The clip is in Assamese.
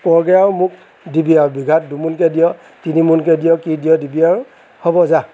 কৰগৈ আৰু মোক দিবিও আৰু বিঘাত দুইমোনকৈ দিয় তিনিমোনকৈ দিয় কি দিয় দিবি আৰু হ'ব যা